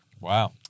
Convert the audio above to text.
Wow